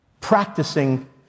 practicing